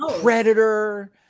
Predator